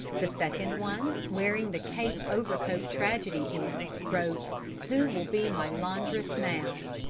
the second one, wearing the cape-overcoat tragedy air, wrote who will be my laundress now?